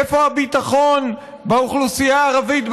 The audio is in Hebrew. איפה הביטחון באוכלוסייה הערבית?